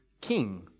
king